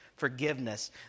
Forgiveness